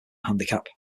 handicap